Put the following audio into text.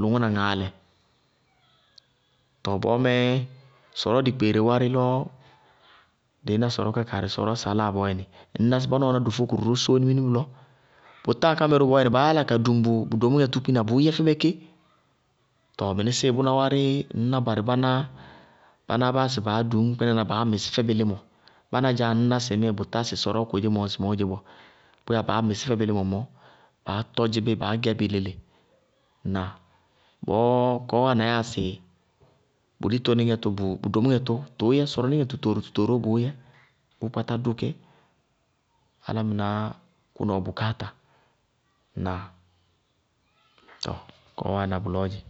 lʋŋʋna gaalɛ. Tɔɔ bɔɔmɛɛ ñná sɔrɔɔ dikpeere sɔrɔɔ kákaarɩ wárɩ bɔɔyɛnɩ, ŋñná sɩ báná wɛná dofó kʋrʋ ró sóóni minimini bʋlɔ. Bʋ táa ká mɛ bɔɔyɛnɩ, baá yála ka duŋ bʋ domúŋɛ tʋ kpína, bʋʋ yɛ fɛbɛ ké. Bʋná wárí ŋñná barɩ báná, bánáá báásɩ baá duñ kpínaná baá mɩsí fɛbɩ límɔ. Báná dzáá ŋñná sɩŋmɩɩ bʋtá sɩ sɔrɔɔ kodzémɔɔ ŋsɩmɔɔ dzé bɔɔ. Bʋyáa baá mɩsí fɛbɩ límɔ mɔɔ, taá tɔdzɩ bí, baá gɛbɩ léle. Ŋnáa? Bɔɔ kɔɔ wáana yáa sɩ bʋ ditonɩŋɛ tʋ bʋ domúŋɛ tʋ, tʋʋ yɛ bʋ sɔrɔníŋɛ tʋtooro tʋtooroó bʋʋ yɛ, bʋʋ kpátá dʋ ké, álámɩnáá kʋna ɔ bʋkááta. Ŋnáa? Tɔɔ kɔɔ wáana bʋlɔɔ dzɛ.